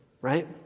right